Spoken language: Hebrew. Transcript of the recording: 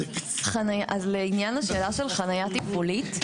אז לעניין השאלה של חניה תפעולית.